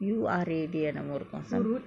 U R A D எனமோ வருமா:enamo varuma some